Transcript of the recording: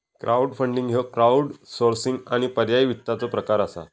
crowdfunding ह्यो crowdsourcing आणि पर्यायी वित्ताचो प्रकार असा